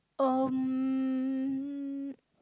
um